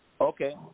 Okay